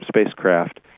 spacecraft